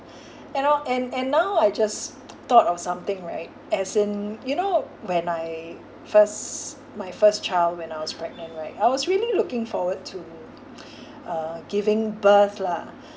and all and and now I just thought of something right as in you know when I first my first child when I was pregnant right I was really looking forward to uh giving birth lah